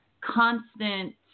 constant